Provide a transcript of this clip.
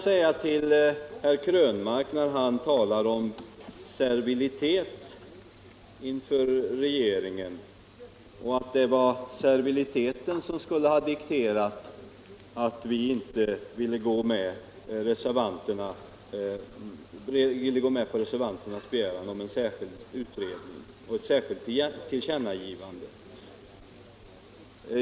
Herr Krönmark talar om servilitet inför regeringen och säger att det skulle vara serviliteten som gjort att vi inte ville gå med på reservanternas begäran om en särskild utredning och ett särskilt tillkännagivande.